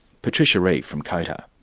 patricia reeve from cota.